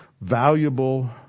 valuable